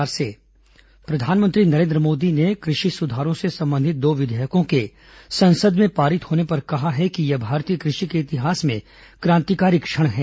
प्रधानमंत्री कृषि विधेयक प्रधानमंत्री नरेंद्र मोदी ने कृषि सुधारों से संबंधित दो विधेयकों के संसद में पारित होने पर कहा कि यह भारतीय कृषि के इतिहास में क्रांतिकारी क्षण है